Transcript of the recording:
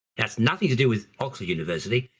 that's nothing to do with oxford university,